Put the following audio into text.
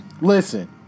listen